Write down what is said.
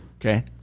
Okay